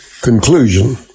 Conclusion